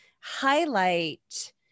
highlight